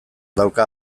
dauka